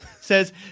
says